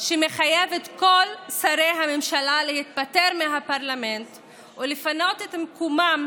שמחייב את כל שרי הממשלה להתפטר מהפרלמנט ולפנות את מקומם